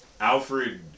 Alfred